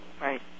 Right